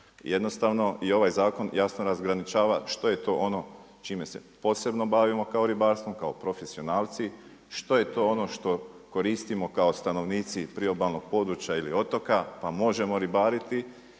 jednostavno je ovaj zakon jasno razgraničava, što je to ono čime posebno bavimo ribarstvom kao profesionalci, što je to ono što koristimo kao stanovnici priobalnog područja ili otoka pa možemo ribariti,